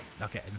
Okay